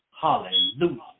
Hallelujah